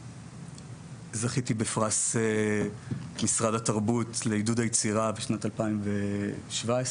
זכיתי בפרס משרד התרבות לעידוד היצירה בשנת 2017,